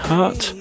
Heart